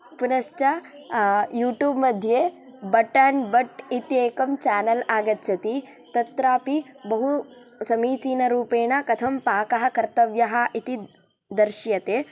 पुनश्च यूटूब् मध्ये but and but इत्येकं चानेल् आगच्छति तत्रापि बहु समीचीनरूपेण कथं पाकः कर्तव्यः इति दर्श्यते